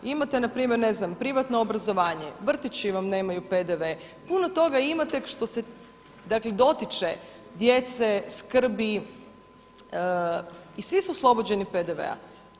Imate na primjer ne znam privatno obrazovanje, vrtići vam nemaju PDV, puno toga imate što se, dakle dotiče djece, skrbi i svi su oslobođeni PDV-a.